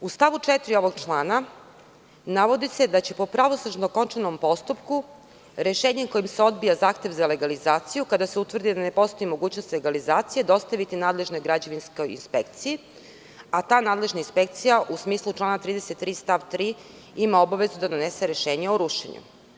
U stavu 4. ovog člana navodi se da će se po pravosnažno okončanom postupku rešenje kojim se odbija zahtev za legalizaciju kada se utvrdi da ne postoji mogućnost legalizacije dostaviti nadležnoj građevinskoj inspekciji, a ta nadležna inspekcija, u smislu člana 33. stav 3, ima obavezu da donese rešenje o rušenju.